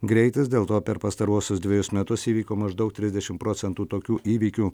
greitis dėl to per pastaruosius dvejus metus įvyko maždaug trisdešim procentų tokių įvykių